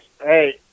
Hey